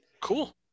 Cool